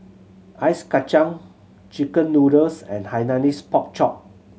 ice kacang chicken noodles and Hainanese Pork Chop